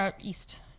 east